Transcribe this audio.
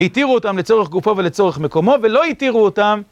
התירו אותם לצורך גופו ולצורך מקומו, ולא התירו אותם.